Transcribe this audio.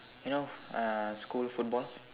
you know uh school football